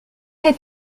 est